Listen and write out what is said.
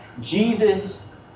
Jesus